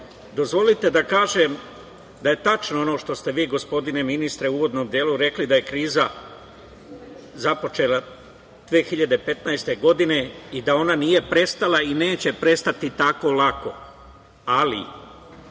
dozvolite da kažem da je tačno ono što ste vi gospodine ministre u uvodnom delu rekli da je kriza započela 2015. godine i da ona nije prestala i neće prestati tako lako. Ali,